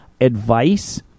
advice